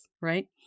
right